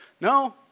No